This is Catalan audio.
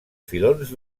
filons